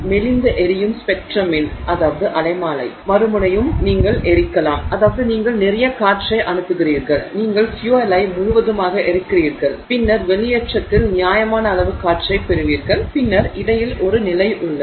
மெலிந்த எரியும் ஸ்பெக்ட்ரமின் மறுமுனையையும் நீங்கள் எரிக்கலாம் அதாவது நீங்கள் நிறைய காற்றை அனுப்புகிறீர்கள் நீங்கள் ஃபியூயலை முழுவதுமாக எரிக்கிறீர்கள் பின்னர் வெளியேற்றத்தில் நியாயமான அளவு காற்றைப் பெறுவீர்கள் பின்னர் இடையில் ஒரு நிலை உள்ளது